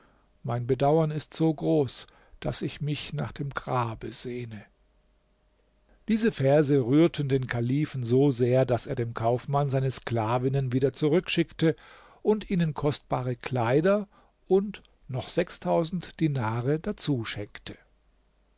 mein bedauern ist so groß daß ich mich nach dem grabe sehne diese verse rührten den kalifen so sehr daß er dem kaufmann seine sklavinnen wieder zurückschickte und ihnen kostbare kleider und noch sechstausend dinare dazu schenkte